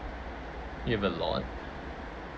you've a lot